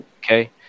Okay